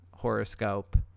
horoscope